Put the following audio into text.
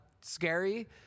scary